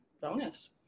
bonus